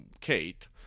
Kate